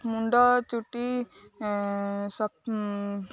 ମୁଣ୍ଡ ଚୁଟି